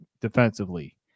defensively